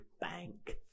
bank